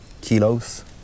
kilos